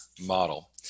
model